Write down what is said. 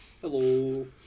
Hello